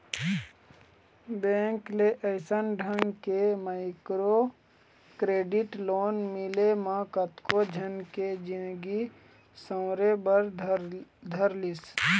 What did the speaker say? bank ले अइसन ढंग के माइक्रो क्रेडिट लोन मिले म कतको झन के जिनगी सँवरे बर धर लिस